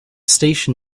station